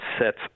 sets